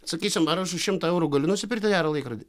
sakysim ar aš už šimtą eurų galiu nusipirkti gerą laikrodį